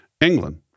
England